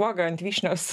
uoga ant vyšnios